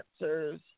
answers